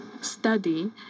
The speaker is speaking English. study